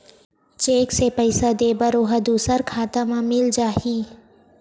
Cheque से पईसा दे बर ओहा दुसर खाता म मिल जाही?